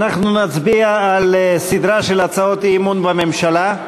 אנחנו נצביע על סדרה של הצעות אי-אמון בממשלה.